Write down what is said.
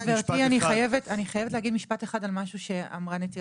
אני חייבת לומר משפט אחד על משהו שאמרה נציגת